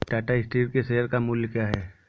Tata Steel के share का मूल्य क्या है?